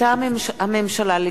מטעם הממשלה: